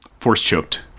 force-choked